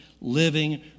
living